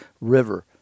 River